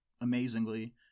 amazingly